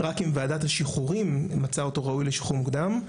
רק אם ועדת השחרורים מצאה אותו ראוי לשחרור מוקדם.